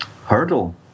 Hurdle